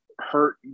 hurt